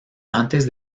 antes